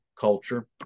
culture